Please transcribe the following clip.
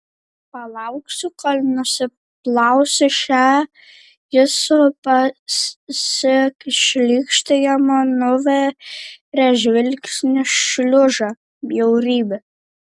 palauksiu kol nusiplausi šią jis su pasišlykštėjimu nuvėrė žvilgsniu šliužą bjaurybę